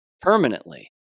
Permanently